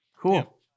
Cool